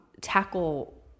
tackle